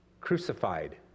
crucified